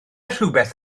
rhywbeth